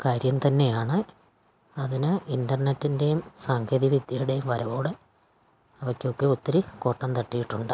കാര്യം തന്നെയാണ് അതിന് ഇൻ്റർനെറ്റിൻ്റെയും സാങ്കേതികവിദ്യയുടേയും വരവോടെ അവയ്ക്കൊക്കെ ഒത്തിരി കോട്ടം തട്ടിയിട്ടുണ്ട്